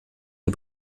die